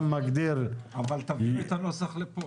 מגדיר --- אבל תביא את הנוסח לפה.